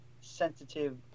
sensitive